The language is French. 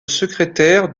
secrétaire